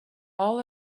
all